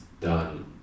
done